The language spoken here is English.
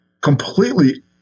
completely